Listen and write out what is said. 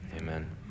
amen